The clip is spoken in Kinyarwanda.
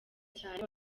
cyane